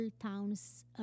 towns